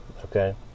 okay